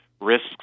risks